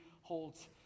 holds